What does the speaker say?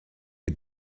you